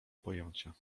pojęcia